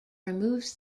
removes